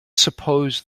suppose